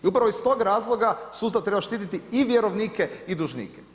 I upravo iz tog razloga sustav treba štititi i vjerovnike i dužnike.